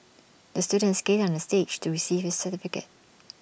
the student skated on the stage to receive his certificate